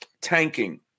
tanking